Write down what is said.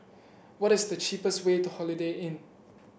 what is the cheapest way to Holiday Inn